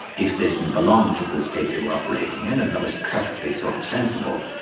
if they didn't belong to the state they were operating in, and that was perfectly sort of sensible,